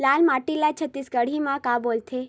लाल माटी ला छत्तीसगढ़ी मा का बोलथे?